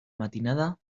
matinada